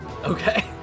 Okay